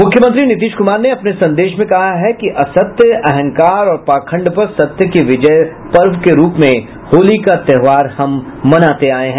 मुख्यमंत्री नीतीश कुमार ने अपने संदेश में कहा है कि असत्य अहंकार और पाखंड पर सत्य के विजय पर्व के रूप में होली का त्योहार हम मनाते आये हैं